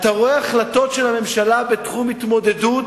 אתה רואה החלטות של הממשלה בתחום התמודדות,